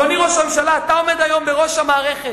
אדוני ראש הממשלה, אתה עומד היום בראש המערכת.